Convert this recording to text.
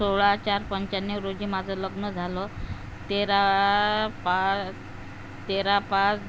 सोळा चार पंच्याण्णव रोजी माझं लग्न झालं तेरा पाच तेरा पाच